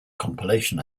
compilation